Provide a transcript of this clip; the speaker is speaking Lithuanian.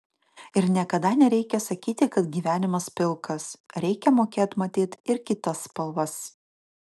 ir niekada nereikia sakyti kad gyvenimas pilkas reikia mokėt matyt ir kitas spalvas